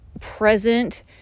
present